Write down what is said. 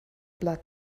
blood